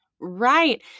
Right